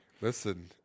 Listen